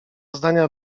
zdania